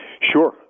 Sure